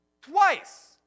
twice